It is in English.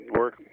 work